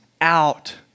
out